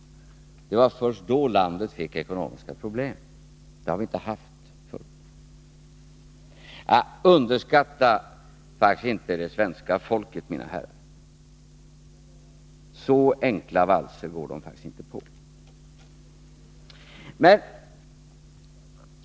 Det var först då landet fick ekonomiska problem. Sådana hade det inte haft förut. Underskatta inte det svenska folket, mina herrar! Så enkla valser går det faktiskt inte på.